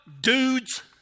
dudes